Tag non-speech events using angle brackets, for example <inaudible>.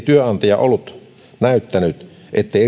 <unintelligible> työnantaja ollut näyttänyt ettei <unintelligible>